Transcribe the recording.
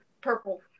purple